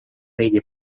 veidi